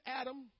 Adam